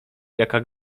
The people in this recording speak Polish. jaka